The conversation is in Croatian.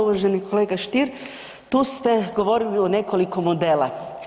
Uvaženi kolega Stier tu ste govorili o nekoliko model.